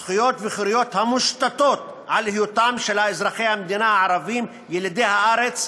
זכויות וחירויות המושתתות על היות אזרחי המדינה הערבים ילידי הארץ,